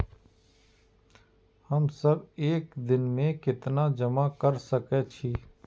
हम सब एक दिन में केतना जमा कर सके छी?